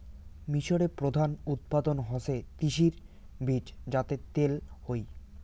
মিশরে প্রধান উৎপাদন হসে তিসির বীজ যাতে তেল হই